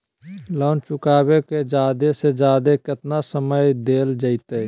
Loan चुकाबे के जादे से जादे केतना समय डेल जयते?